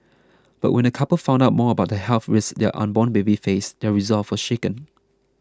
but when the couple found out more about the health risks their unborn baby faced their resolve was shaken